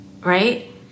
Right